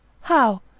How